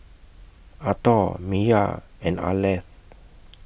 Arthor Miya and Arleth